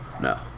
No